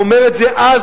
הוא אומר את זה אז,